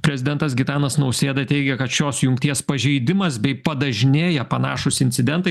prezidentas gitanas nausėda teigė kad šios jungties pažeidimas bei padažnėję panašūs incidentai